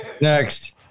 Next